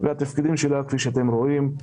התפקידים שלה, כפי שאתם רואים,